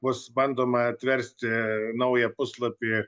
bus bandoma atversti naują puslapį